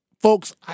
Folks